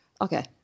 Okay